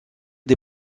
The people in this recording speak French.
des